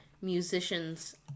musicians